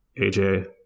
AJ